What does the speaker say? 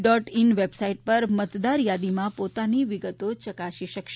dot in website પર મતદાર યાદીમાં પોતાની વિગતો ચકાસી શકશે